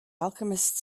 alchemist